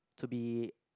to be